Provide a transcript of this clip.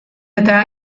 eta